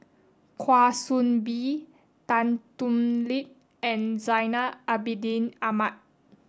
Kwa Soon Bee Tan Thoon Lip and Zainal Abidin Ahmad